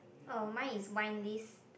oh mine is wine list